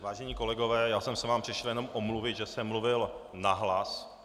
Vážení kolegové, já jsem se vám přišel jenom omluvit, že jsem mluvil nahlas.